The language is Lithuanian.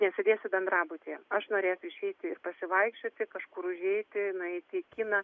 nesėdėsiu bendrabutyje aš norėsiu išeiti pasivaikščioti kažkur užeiti nueiti į kiną